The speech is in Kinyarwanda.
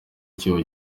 icyuho